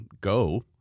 go